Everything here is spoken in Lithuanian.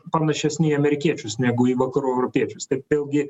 panašesni į amerikiečius negu į vakarų europiečius taip vėlgi